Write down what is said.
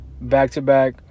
back-to-back